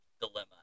dilemma